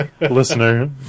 listener